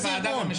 איזה ארגון,